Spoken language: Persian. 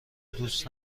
دوست